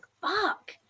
fuck